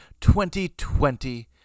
2020